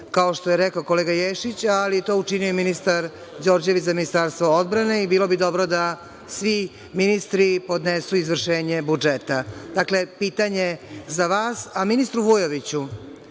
kao što je rekao kolega Ješić, ali je to učinio ministar Đorđević za Ministarstvo odbrane i bilo bi dobro da svi ministri podnesu izvršenje budžeta. Ministre Vujoviću,